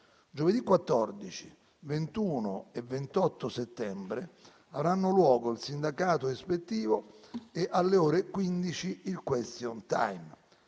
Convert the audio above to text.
Giovedì 14, 21 e 28 settembre avranno luogo il sindacato ispettivo e, alle ore 15, il question time.